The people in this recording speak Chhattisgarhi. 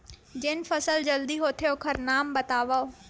जेन फसल जल्दी होथे ओखर नाम बतावव?